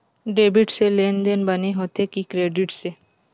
Debit से लेनदेन बने होथे कि क्रेडिट से?